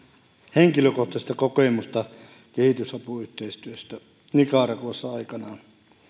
henkilökohtaista kokemusta kehitysapuyhteistyöstä nicaraguassa aikanaan